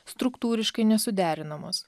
struktūriškai nesuderinamos